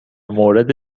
مورد